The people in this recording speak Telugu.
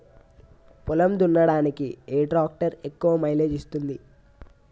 పొలం దున్నడానికి ఏ ట్రాక్టర్ ఎక్కువ మైలేజ్ ఇస్తుంది?